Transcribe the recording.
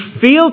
feel